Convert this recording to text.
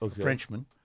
Frenchman